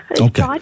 Okay